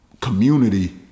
community